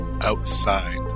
outside